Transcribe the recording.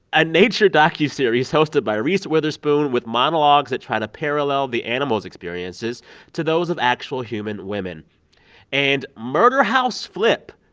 a nature docuseries hosted by reese witherspoon with monologues that try to parallel the animals' experiences to those of actual human women and murder house flip,